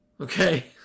Okay